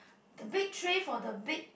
the big tray for the big